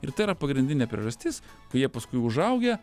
ir tai yra pagrindinė priežastis kai jie paskui užaugę